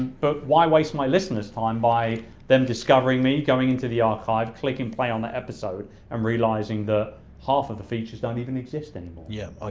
but why waste my listeners' time by them discovering me, going into the archive, clicking play on the episode and realizing that half of the features don't even exist anymore. yeah, ah